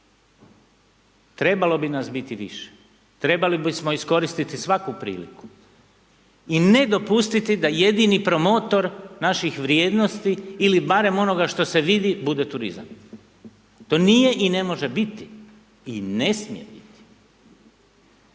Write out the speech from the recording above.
Trebalo bi nas biti više, trebali bismo iskoristiti svaku priliku i ne dopustiti da jedini promotor naših vrijednosti ili barem onoga što se vidi bude turizam, to nije i ne može biti i ne smije biti.